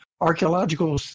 archaeological